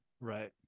right